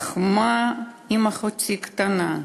אך מה עם אחותי הקטנה?